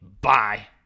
Bye